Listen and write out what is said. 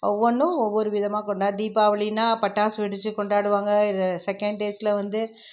ஒவ்வொன்றும் ஒவ்வொரு விதமாக கொண்டி தீபாவளினா பட்டாசு வெடித்து கொண்டாடுவாங்க செகண்டேஸில் வந்து